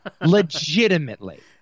Legitimately